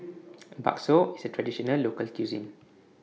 Bakso IS A Traditional Local Cuisine